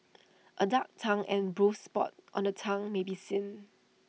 A dark tongue and bruised spots on the tongue may be seen